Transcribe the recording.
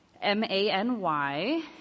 M-A-N-Y